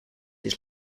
his